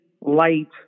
light